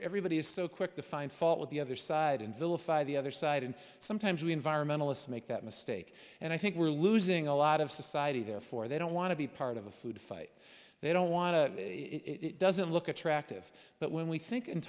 everybody is so quick to find fault with the other side and vilify the other side and sometimes we environmentalists make that mistake and i think we're losing a lot of society therefore they don't want to be part of a food fight they don't want to it doesn't look at tract if but when we think and